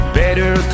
better